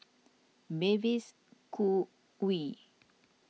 Mavis Khoo Oei